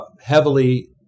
heavily